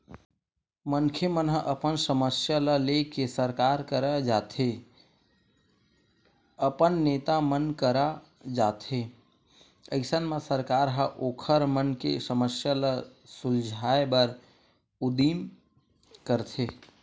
मनखे मन ह अपन समस्या ल लेके सरकार करा जाथे अपन नेता मन करा जाथे अइसन म सरकार ह ओखर मन के समस्या ल सुलझाय बर उदीम करथे